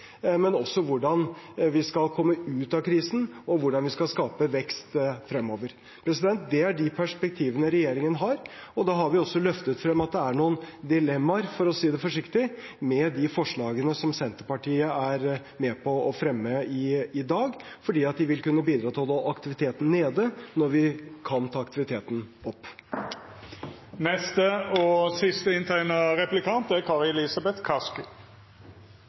men også på hvordan vi skal komme ut av krisen, og hvordan vi skal skape vekst fremover. Det er de perspektivene regjeringen har, og da har vi også løftet frem at det er noen dilemmaer, for å si det forsiktig, med de forslagene som Senterpartiet er med på å fremme i dag, fordi de vil kunne bidra til å holde aktiviteten nede når vi kan ta aktiviteten opp.